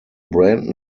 brand